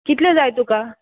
कितले जाय तुका